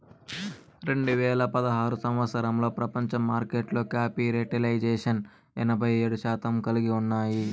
రెండు వేల పదహారు సంవచ్చరంలో ప్రపంచ మార్కెట్లో క్యాపిటలైజేషన్ ఎనభై ఏడు శాతం కలిగి ఉన్నాయి